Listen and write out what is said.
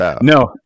No